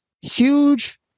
Huge